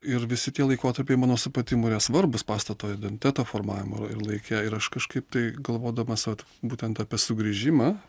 ir visi tie laikotarpiai mano supratimu jie svarbūs pastato identiteto formavimui ir laike ir aš kažkaip tai galvodamas vat būtent apie sugrįžimą